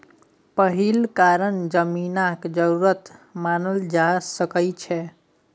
पहिल कारण जमीनक जरूरत मानल जा सकइ छै